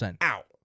out